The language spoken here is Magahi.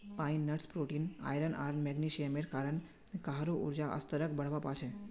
पाइन नट्स प्रोटीन, आयरन आर मैग्नीशियमेर कारण काहरो ऊर्जा स्तरक बढ़वा पा छे